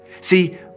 See